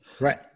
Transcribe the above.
Right